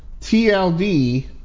tld